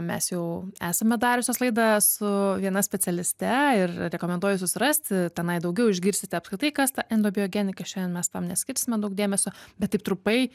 mes jau esame dariusios laidą su viena specialiste ir rekomenduoju susirasti tenai daugiau išgirsite apskritai kas ta endobiogenika šiandien mes tam neskirsime daug dėmesio bet taip trumpai